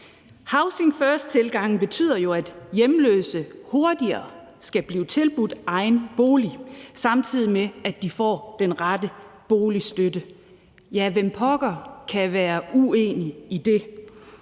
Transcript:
Housing first-tilgangen betyder jo, at hjemløse hurtigere skal blive tilbudt egen bolig, samtidig med at de får den rette boligstøtte. Ja, hvem pokker kan være uenig i det?